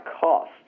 cost